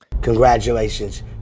congratulations